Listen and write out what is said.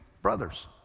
brothers